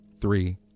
Three